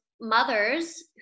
mothers